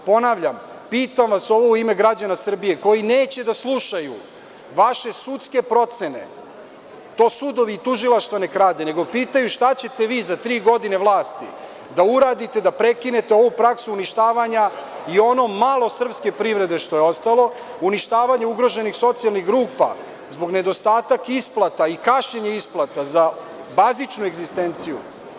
Ponavljam, pitam vas ovo u ime građana Srbije koji neće da slušaju vaše sudske procene, to sudovi i tužilaštva neka rade, nego pitaju šta ćete vi za tri godine vlasti da uradite, da prekinete ovu praksu uništavanja i ono malo srpske privrede što je ostalo, uništavanje ugroženih socijalnih grupa, zbog nedostatka isplata i kašnjenja isplata za bazičnu egzistenciju.